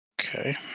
okay